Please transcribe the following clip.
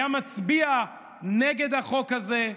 היה מצביע נגד החוק הזה.